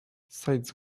sides